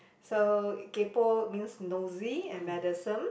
so kaypo means nosy and meddlesome